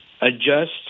adjust